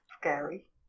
Scary